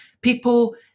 people